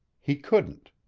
he couldn't.